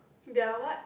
there're what